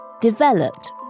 developed